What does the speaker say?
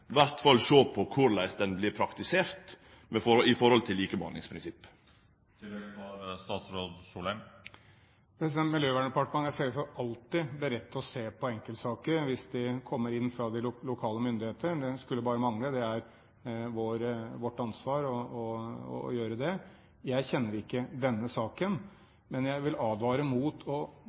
fall sjå på korleis han blir praktisert knytt opp mot likebehandlingsprinsippet? Miljøverndepartementet er alltid beredt til å se på enkeltsaker hvis de kommer inn fra de lokale myndigheter. Det skulle bare mangle, det er vårt ansvar å gjøre det. Jeg kjenner ikke denne saken, men jeg vil advare mot på en måte å